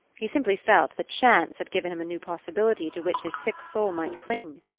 he simply felt that chance had given him a new possibility to which his sick soul might cling.